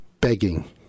begging